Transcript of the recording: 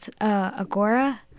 Agora